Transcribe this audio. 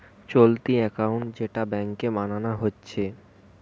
চলতি একাউন্ট যেটা ব্যাংকে বানানা হচ্ছে